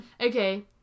okay